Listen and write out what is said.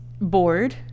bored